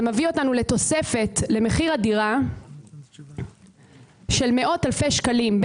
זה מביא אותנו לתוספת למחיר הדירה של מאות אלפי שקלים,